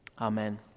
Amen